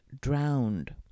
Drowned